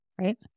right